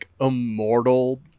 immortal